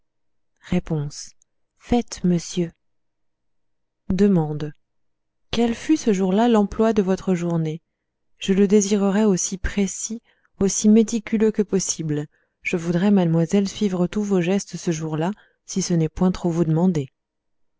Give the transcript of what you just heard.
faites monsieur d quel fut ce jour-là l'emploi de votre journée je le désirerais aussi précis aussi méticuleux que possible je voudrais mademoiselle suivre tous vos gestes ce jour-là si ce n'est point trop vous demander